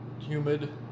humid